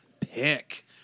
pick